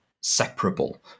separable